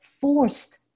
forced